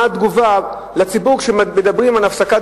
מה התגובה בציבור כשמדברים על הפסקת